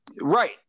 Right